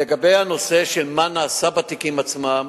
לגבי הנושא של מה נעשה בתיקים עצמם,